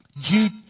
Jude